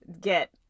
get